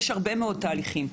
יש הרבה מאוד תהליכים.